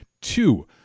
Two